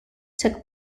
took